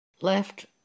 left